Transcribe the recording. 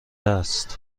است